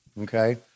Okay